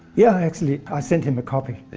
yeah i actually sent him a copy.